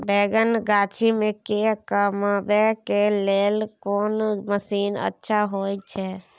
बैंगन गाछी में के कमबै के लेल कोन मसीन अच्छा होय छै?